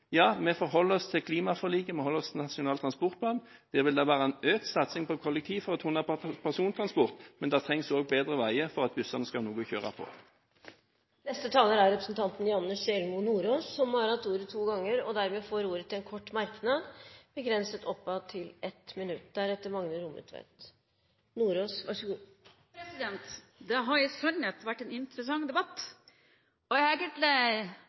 Ja, vi forholder oss til klimaforliket, og vi holder oss til Nasjonal transportplan. Der vil det være en økt satsing på kollektivtrafikk for å ta unna persontransport, men det trengs også bedre veier for at bussene skal få noe å kjøre på. Representanten Janne Sjelmo Nordås har hatt ordet to ganger tidligere og får ordet til en kort merknad, begrenset til 1 minutt. Det har i sannhet vært en interessant debatt, og jeg har egentlig